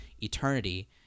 Eternity